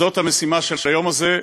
זאת המשימה של היום הזה.